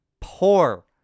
Poor